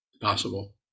Possible